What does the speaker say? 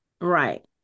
Right